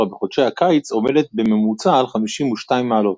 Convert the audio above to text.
בחודשי הקיץ עומדת בממוצע על 52 מעלות.